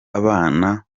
abana